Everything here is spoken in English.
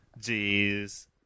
Jeez